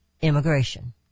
Immigration